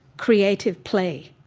creative play.